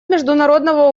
международного